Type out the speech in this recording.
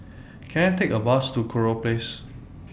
Can I Take A Bus to Kurau Place